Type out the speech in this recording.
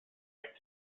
erect